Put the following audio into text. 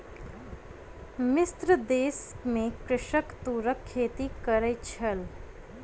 मिस्र देश में कृषक तूरक खेती करै छल